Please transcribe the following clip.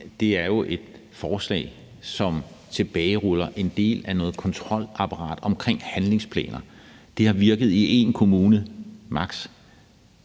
her er jo et forslag, som tilbageruller en del af et kontrolapparat omkring handlingsplaner. Det har virket i maks. en kommune, og